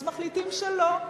אז מחליטים שלא.